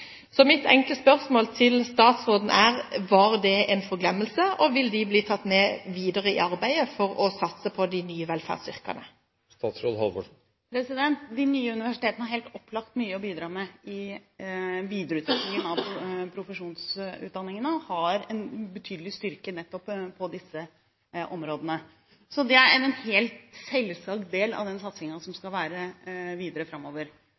Så mitt enkle spørsmål til statsråden er: Var det en forglemmelse, og vil de bli tatt med videre i arbeidet for å satse på de nye velferdsyrkene? De nye universitetene har helt opplagt mye å bidra med i videreutviklingen av profesjonsutdanningene, og de har en betydelig styrke nettopp på disse områdene. Så de er en helt selvsagt del av